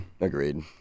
Agreed